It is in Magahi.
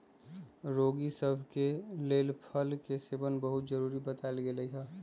रोगि सभ के लेल फल के सेवन बहुते जरुरी बतायल गेल हइ